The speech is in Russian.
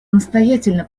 настоятельно